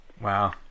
wow